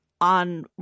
on